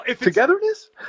Togetherness